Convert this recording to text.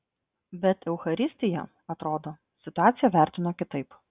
bet eucharistija atrodo situaciją vertino kitaip